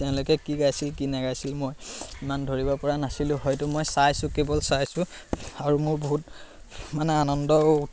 তেওঁলোকে কি গাইছিল কি নাগাইছিল মই ইমান ধৰিব পৰা নাছিলোঁ হয়তো মই চাইছোঁ কেৱল চাইছোঁ আৰু মোৰ বহুত মানে আনন্দ